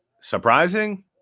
Surprising